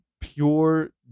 pure